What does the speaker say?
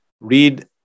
read